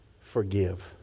forgive